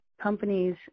companies